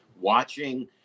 watching